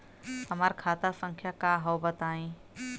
हमार खाता संख्या का हव बताई?